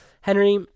Henry